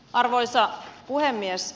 arvoisa puhemies